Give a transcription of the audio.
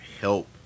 help